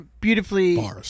beautifully